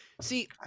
See